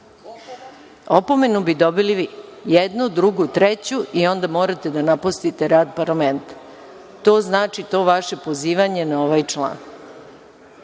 Opomenu bi dobili vi, jednu, drugu, treću i onda morate da napustite rad parlamenta, to znači to vaše pozivanje na ovaj član.A